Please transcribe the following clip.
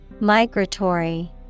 Migratory